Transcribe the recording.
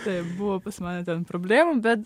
taip buvo pas mane ten problemų bet